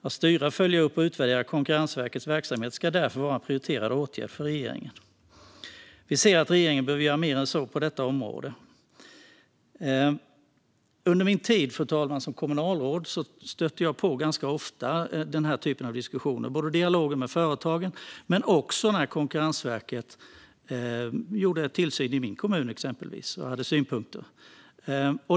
Att styra, följa upp och utvärdera Konkurrensverkets verksamhet ska därför vara en prioriterad åtgärd för regeringen. Vi ser att regeringen behöver göra mer på detta område. Under min tid som kommunalråd stötte jag, fru talman, ganska ofta på denna typ av diskussioner - både i dialoger med företag och när Konkurrensverket utövade tillsyn i min kommun och hade synpunkter.